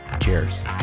Cheers